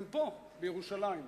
הם פה, בירושלים.